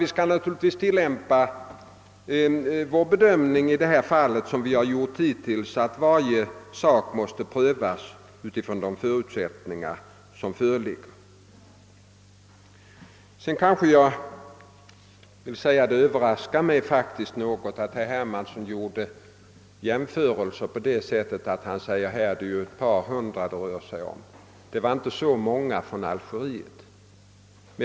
Vi skall naturligtvis göra vår bedömning i sådana här fall såsom vi gjort hittills; varje fall måste prövas med utgångspunkt från de omständigheter som föreligger i fallet i fråga. En jämförelse som herr Hermansson gjorde överraskade mig något. Han sade att det rör sig om ett par hundra, men det var inte så många från Frankrike då kriget i Algeriet pågick.